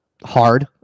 hard